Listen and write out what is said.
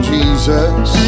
Jesus